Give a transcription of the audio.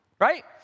right